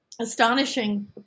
astonishing